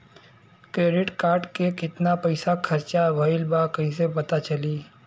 Credit card के कितना पइसा खर्चा भईल बा कैसे पता चली?